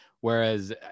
whereas